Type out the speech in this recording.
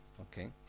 Okay